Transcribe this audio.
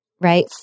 right